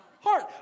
heart